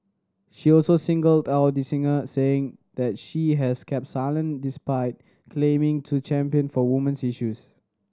she also singled out the singer saying that she has kept silent despite claiming to champion for women's issues